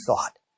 thought